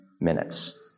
minutes